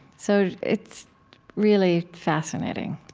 so it's really fascinating.